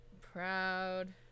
proud